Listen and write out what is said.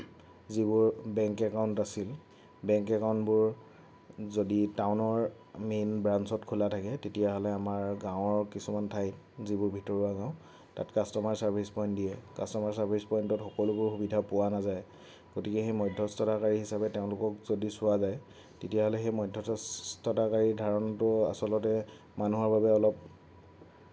যিবোৰ bank account আছিল bank একাউণ্টবোৰ যদি টাউনৰ মেইন ব্ৰাঞ্চত খোলা থাকে তেতিয়াহ'লে আমাৰ গাঁৱৰ কিছুমান ঠাইত যিবোৰ ভিতৰুৱা গাঁও তাত কাষ্টমাৰ ছাৰ্ভিচ পইণ্ট দিয়ে আমাৰ ছাৰ্ভিচ পইণ্টত সকলোবোৰ সুবিধা পোৱা নাযায় গতিকে সেই মধ্যস্থতাকাৰী হিচাপে তেওঁলোকক যদি চোৱা যায় তেতিয়াহ'লে সেই মধ্যস্থতাকাৰী ধাৰণাটো আচলতে মানুহৰ কাৰণে অলপ